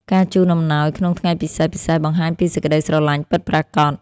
ការជូនអំណោយក្នុងថ្ងៃពិសេសៗ បង្ហាញពីសេចក្តីស្រឡាញ់ពិតប្រាកដ។